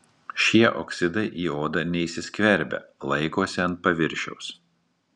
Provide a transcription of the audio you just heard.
šie oksidai į odą neįsiskverbia laikosi ant paviršiaus